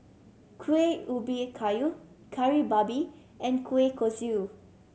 Kuih Ubi Kayu Kari Babi and kueh kosui